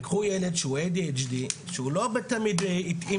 וקחו ילד שהוא עם ADHD שלא תמיד התאים